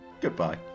Goodbye